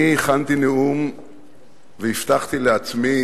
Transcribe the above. אני הכנתי נאום והבטחתי לעצמי